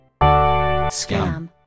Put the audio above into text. scam